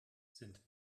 sind